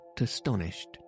astonished